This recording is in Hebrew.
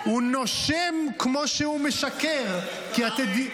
אני מזמין את השר שלמה קרעי להציג את הצעת החוק.